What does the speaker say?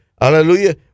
Hallelujah